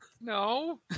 No